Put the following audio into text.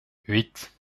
huit